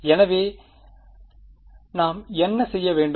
எனவே நாம் என்ன செய்ய வேண்டும்